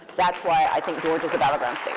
that's why i think georgia is